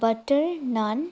butter naan